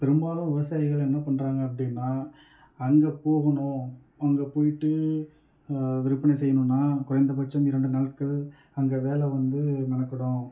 பெரும்பாலும் விவசாயிகள் என்ன பண்ணுறாங்க அப்படின்னா அங்கே போகணும் அங்கே போய்விட்டு விற்பனை செய்யணுனா குறைந்த பட்சம் இரண்டு நாட்கள் அங்கே வேலை வந்து மெனக்கெடும்